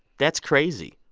that's crazy.